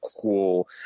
cool